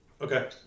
Okay